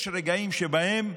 יש רגעים שבהם,